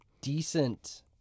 decent